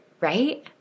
right